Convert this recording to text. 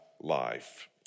life